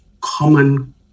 common